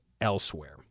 elsewhere